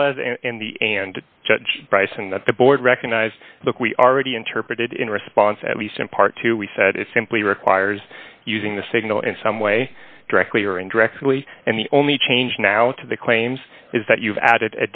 well as and the and judge bryson that the board recognized look we already interpreted in response at least in part two we said it simply requires using the signal in some way directly or indirectly and the only change now to the claims is that you've added